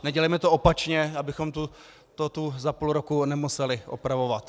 Nedělejme to opačně, abychom to tu za půl roku nemuseli opravovat.